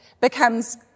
becomes